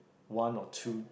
one or two